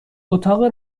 اتاق